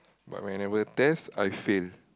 but whenever test I fail